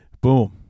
boom